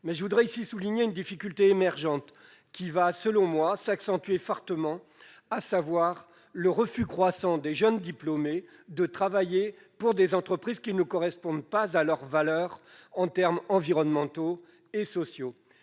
je voudrais souligner une difficulté émergente, qui, selon moi, va s'accentuer fortement : le refus croissant des jeunes diplômés de travailler pour des entreprises ne correspondant pas à leurs valeurs en termes environnementaux et sociaux.